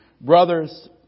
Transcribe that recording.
Brothers